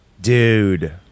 dude